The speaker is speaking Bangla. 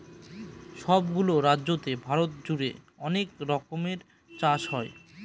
সব গুলো রাজ্যতে ভারত জুড়ে অনেক রকমের চাষ হয়